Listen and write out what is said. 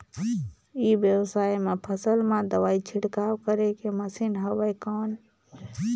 ई व्यवसाय म फसल मा दवाई छिड़काव करे के मशीन हवय कौन?